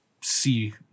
see